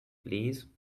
please